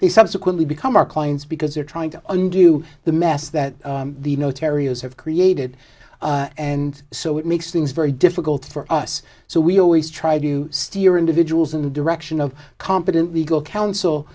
they subsequently become our clients because they are trying to undo the mess that the military has have created and so it makes things very difficult for us so we always try to steer individuals in the direction of competent legal counsel